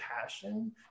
passion